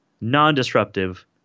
non-disruptive